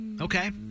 Okay